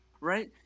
right